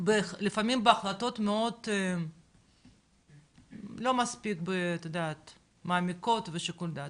ולפעמים בהחלטות לא מספיק מעמיקות ולא בשיקול דעת.